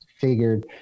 figured